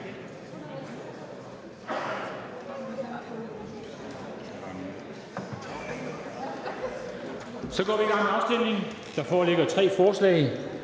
Så går vi i gang med afstemningen. Der foreligger tre forslag.